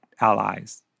allies